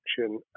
action